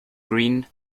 green